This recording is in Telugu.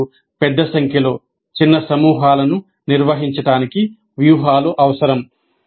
మరియు పెద్ద సంఖ్యలో చిన్న సమూహాలను నిర్వహించడానికి వ్యూహాలు అవసరం